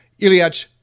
Ilyich